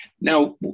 Now